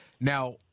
Now